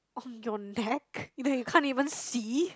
on your neck that you can't even see